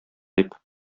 дип